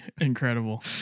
incredible